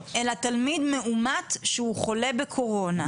אלא תלמיד מאומת שהוא חולה בקורונה.